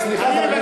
לא,